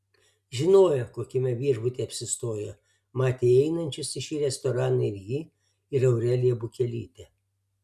žinojo kokiame viešbutyje apsistojo matė įeinančius į šį restoraną ir jį ir aureliją bukelytę